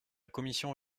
commission